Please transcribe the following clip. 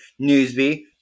Newsby